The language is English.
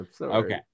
Okay